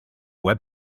web